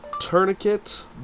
Tourniquet